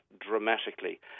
dramatically